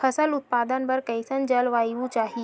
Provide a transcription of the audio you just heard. फसल उत्पादन बर कैसन जलवायु चाही?